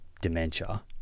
dementia